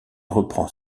reprend